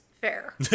Fair